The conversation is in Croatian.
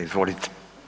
Izvolite.